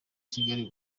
kigali